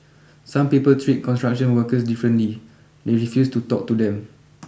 some people treat construction workers differently they refuse to talk to them